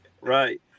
Right